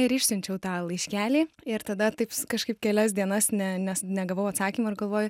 ir išsiunčiau tą laiškelį ir tada taip kažkaip kelias dienas ne nes negavau atsakymo ir galvoju